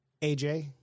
AJ